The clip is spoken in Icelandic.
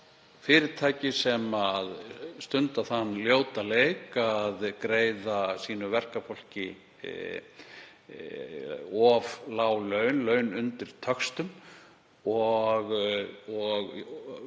Fyrirtæki sem stunda þann ljóta leik að greiða verkafólki sínu of lág laun, laun undir töxtum og hafa